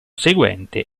seguente